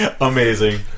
amazing